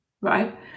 right